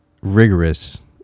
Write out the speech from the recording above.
rigorous